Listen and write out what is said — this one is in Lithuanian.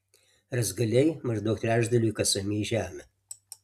rąstgaliai maždaug trečdaliu įkasami į žemę